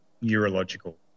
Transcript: neurological